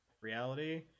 reality